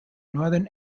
northern